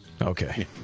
Okay